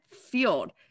field